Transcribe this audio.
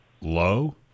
low